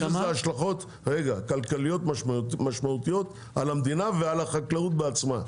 יש לזה השלכות כלכליות משמעותיות על המדינה ועל החקלאות בעצמה.